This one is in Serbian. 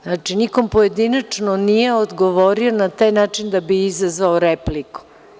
Znači, nikom pojedinačno nije odgovorio na taj način da bi izazvao repliku.